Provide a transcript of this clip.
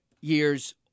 years